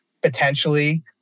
potentially